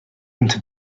into